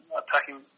attacking